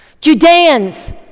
Judeans